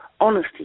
honesty